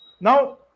Now